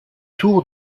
tour